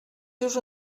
seus